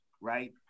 right